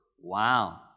Wow